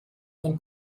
von